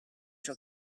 ciò